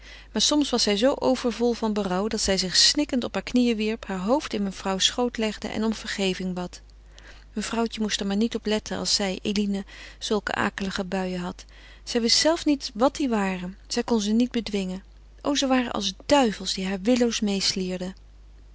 maar soms was zij zoo overvol van berouw dat zij zich snikkend op hare knieën wierp heur hoofd in mevrouws schoot legde en om vergeving bad mevrouwtje moest er maar niet op letten als zij eline zulke akelige buien had zij wist zelve niet wat die waren zij kon ze niet bedwingen o ze waren als duivels die haar willoos